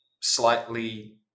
slightly